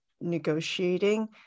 negotiating